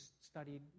studied